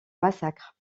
massacre